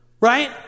right